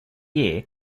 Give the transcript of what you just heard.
year